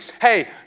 Hey